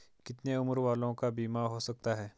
कितने उम्र वालों का बीमा हो सकता है?